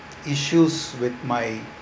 issues with my